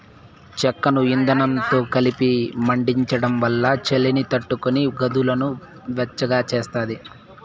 చెక్కను ఇందనంతో కలిపి మండించడం వల్ల చలిని తట్టుకొని గదులను వెచ్చగా చేస్తాది